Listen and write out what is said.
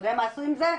אתה יודע מה עשו עם זה?